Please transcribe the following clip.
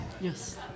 Yes